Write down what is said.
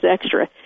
extra